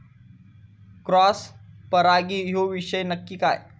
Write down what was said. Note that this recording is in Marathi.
क्रॉस परागी ह्यो विषय नक्की काय?